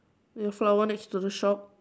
your flower next to the shop